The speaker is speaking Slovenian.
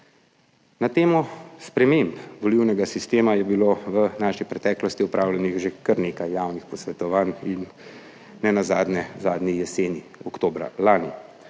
Na temo sprememb volilnega sistema je bilo v naši preteklosti opravljenih že kar nekaj javnih posvetovanj, nenazadnje zadnji jeseni oktobra lani.